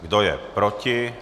Kdo je proti?